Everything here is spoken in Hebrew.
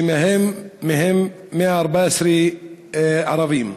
בהם 114 ערבים.